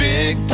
Big